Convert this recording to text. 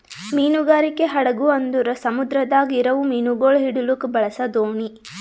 ಮೀನುಗಾರಿಕೆ ಹಡಗು ಅಂದುರ್ ಸಮುದ್ರದಾಗ್ ಇರವು ಮೀನುಗೊಳ್ ಹಿಡಿಲುಕ್ ಬಳಸ ದೋಣಿ